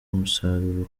umusaruro